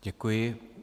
Děkuji.